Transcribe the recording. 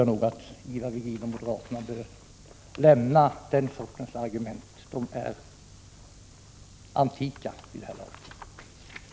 Jag tror att Ivar Virgin och moderaterna bör överge de argumenten — de är antika vid det här laget.